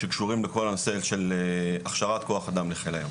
שקשורים בכל הנושא של הכשרת כוח אדם לחיל הים.